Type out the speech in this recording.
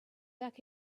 back